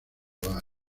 bar